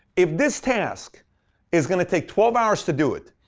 if this task is going to take twelve hours to do it,